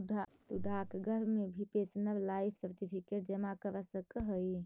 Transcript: तु डाकघर में भी पेंशनर लाइफ सर्टिफिकेट जमा करा सकऽ हे